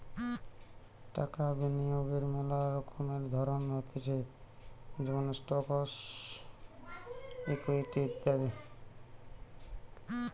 টাকা বিনিয়োগের মেলা রকমের ধরণ হতিছে যেমন স্টকস, ইকুইটি ইত্যাদি